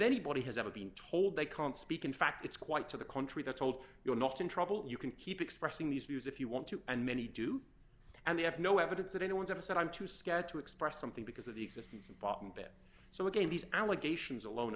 anybody has ever been told they can't speak in fact it's quite to the contrary they're told you're not in trouble you can keep expressing these views if you want to and many do and they have no evidence that anyone's ever said i'm too scared to express something because of the existence of bottom bit so again these allegations alone